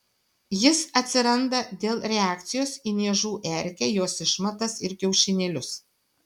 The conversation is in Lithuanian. jis atsiranda dėl reakcijos į niežų erkę jos išmatas ir kiaušinėlius